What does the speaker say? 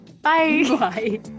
bye